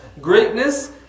greatness